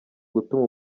gutuma